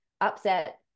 upset